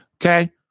Okay